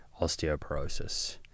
osteoporosis